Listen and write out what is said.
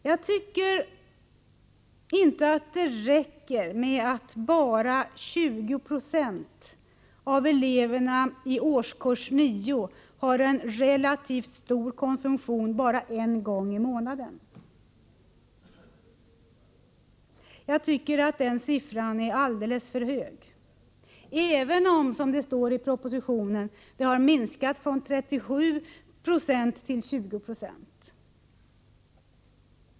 Jag tycker inte att det räcker med att bara 20 960 av eleverna i årskurs 9 har en relativt stor konsumtion bara en gång i månaden. Jag tycker att den andelen är alldeles för hög, även om den, som det heter i propositionen, har minskat från 37 9 till 20 96.